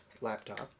laptop